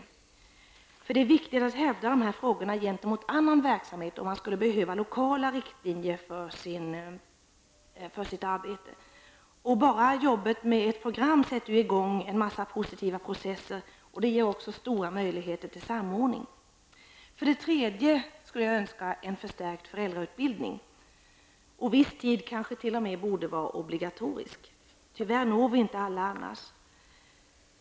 Det är nämligen viktigt att hävda dessa frågor gentemot annan verksamhet, och det skulle behövas lokala riktlinjer för detta arbete. Bara arbetet med ett program sätter i gång en mängd positiva processer, och det ger också stora möjligheter till samordning. För det tredje skulle jag önska en förstärkning av föräldrautbildningen. Viss tid kanske t.o.m. borde vara obligatorisk; tyvärr når vi annars inte alla.